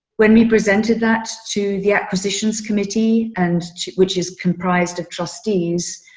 when we presented that to the acquisitions committee and which is comprised of trustees,